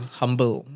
humble